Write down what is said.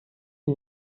sie